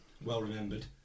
well-remembered